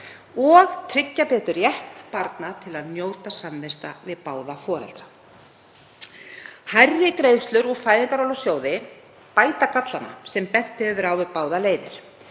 og tryggja betur rétt barna til að njóta samvista við báða foreldra. Hærri greiðslur úr Fæðingarorlofssjóði bæta upp gallana við báðar leiðir